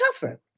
tougher